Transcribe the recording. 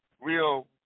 real